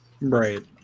Right